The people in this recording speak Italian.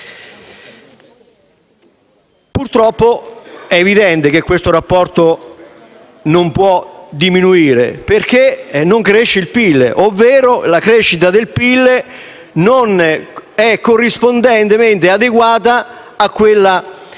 purtroppo evidente che questo rapporto non può diminuire perché non cresce il PIL, ovvero la crescita del PIL non è corrispondentemente adeguata alla